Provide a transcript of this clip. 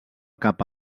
cap